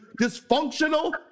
dysfunctional